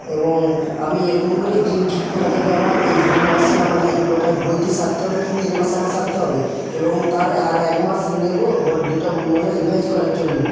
এবং আমি এরকম করেই দিন ঠিক করা থাকে আমার এই দু মাসে আমার এই গোটা বইটি সারতে হবে কি তিন মাসে আমার সারতে হবে এবং তার আর এক মাস নেব গো দুটো মানে রিভাইজ করার জন্য